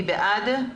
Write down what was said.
מי בעד?